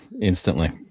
Instantly